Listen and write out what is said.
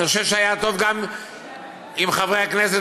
אני חושב שהיה טוב גם אם חברי הכנסת,